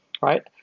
right